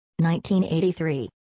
1983